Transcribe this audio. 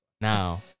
Now